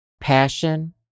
passion